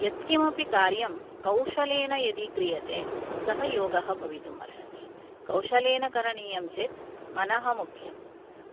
यत्किमपि कार्यं कौशलेन यदि क्रियते सः योगः भवितुम् अर्हति कौशलेन करणीयं चेत् मनः मुख्यं